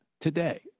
today